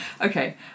Okay